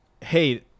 hey